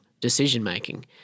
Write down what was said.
decision-making